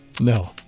No